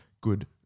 good